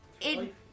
it-